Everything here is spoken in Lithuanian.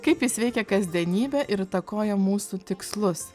kaip jis veikia kasdienybę ir įtakoja mūsų tikslus